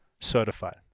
Certified